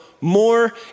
more